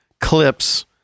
clips